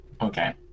Okay